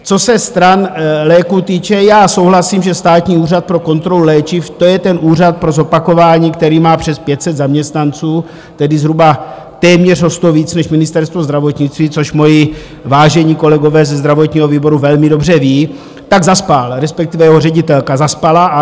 Co se stran léků týče, souhlasím, že Státní úřad pro kontrolu léčiv, to je ten úřad, pro zopakování, který má přes 500 zaměstnanců, tedy zhruba téměř o 100 víc než Ministerstvo zdravotnictví, což moji vážení kolegové ze zdravotního výboru velmi dobře vědí, tak zaspal, respektive jeho ředitelka zaspala.